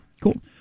Cool